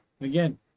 again